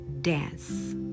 dance